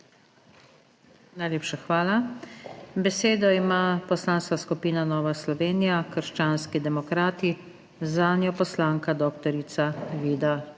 Najlepša hvala. Besedo ima Poslanska skupina Nova Slovenija – krščanski demokrati, zanjo poslanec Jožef Horvat.